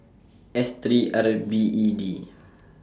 S three R L B E D